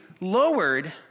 lowered